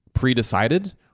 pre-decided